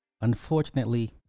Unfortunately